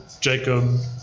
Jacob